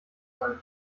sein